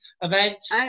events